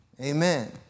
Amen